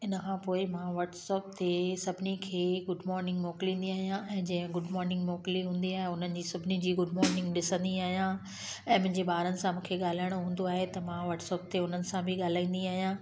इन खां पोइ मां वटसप ते सभिनी खे गुड मोर्निंग मोकिलींदी आहियां ऐं जंहिं गुड मोर्निंग मोकिली हूंदी आहे उन्हनि जी सभिनी जी गुड मोर्निंग ॾिसंदी आहियां ऐं मुंहिंजे ॿारनि सां मूंखे ॻाल्हाइणो हूंदो आहे त मां वटसप ते उन्हनि सां बि ॻाल्हाईंदी आहियां